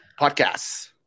podcasts